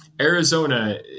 Arizona